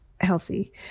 healthy